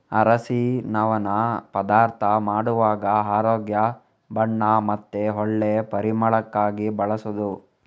ಅರಸಿನವನ್ನ ಪದಾರ್ಥ ಮಾಡುವಾಗ ಆರೋಗ್ಯ, ಬಣ್ಣ ಮತ್ತೆ ಒಳ್ಳೆ ಪರಿಮಳಕ್ಕಾಗಿ ಬಳಸುದು